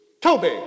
Toby